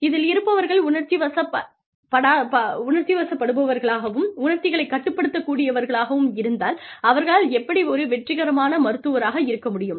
இதில் இருப்பவர்கள் உணர்ச்சி வசப் பாடுபவர்களாகவும் உணர்ச்சிகளைக் கட்டுப்படுத்தக் கூடியவர்களாகவும் இருந்தால் அவர்களால் எப்படி வெற்றிகரமான மருத்துவராக இருக்க முடியும்